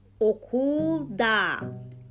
okulda